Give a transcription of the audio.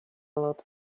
lot